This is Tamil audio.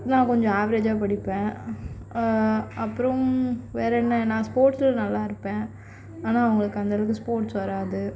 நான் கொஞ்ச அவ்ரேஜ்ஜாக படிப்பேன் அப்புறோம் வேறு என்ன நான் ஸ்போர்ட்ஸில் நல்லா இருப்பேன் ஆனால் அவங்களுக்கு அந்த அளவுக்கு ஸ்போர்ட்ஸ் வராது